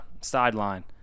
sideline